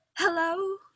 hello